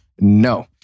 No